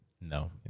no